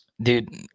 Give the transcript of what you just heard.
Dude